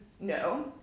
no